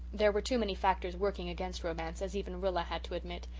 there were too many factors working against romance, as even rilla had to admit.